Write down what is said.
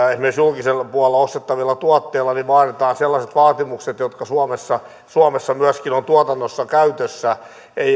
esimerkiksi julkiselle puolelle ostettavilta tuotteilta vaaditaan sellaiset vaatimukset jotka suomessa ovat myöskin tuotannossa käytössä